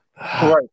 Right